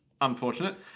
unfortunate